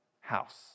house